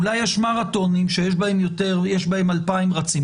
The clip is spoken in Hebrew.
אולי יש מרתונים שיש בהם 2,000 רצים,